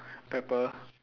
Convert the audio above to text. pepper